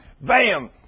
bam